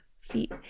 feet